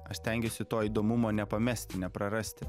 aš stengiuosi to įdomumo nepamesti neprarasti